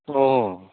অঁ